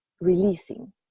releasing